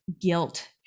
guilt